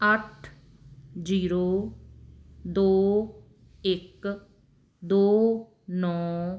ਅੱਠ ਜੀਰੋ ਦੋ ਇੱਕ ਦੋ ਨੌਂ